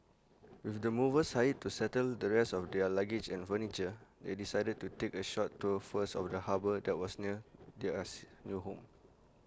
with the movers hired to settle the rest of their luggage and furniture they decided to take A short tour first of the harbour that was near their us new home